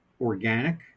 organic